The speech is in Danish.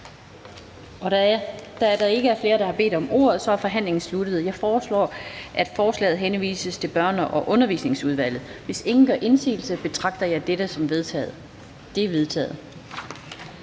Da der ikke er flere, som har bedt om ordet, er forhandlingen sluttet. Jeg foreslår, at forslaget til folketingsbeslutning henvises til Erhvervsudvalget. Hvis ingen gør indsigelse, betragter jeg dette som vedtaget. Det er vedtaget.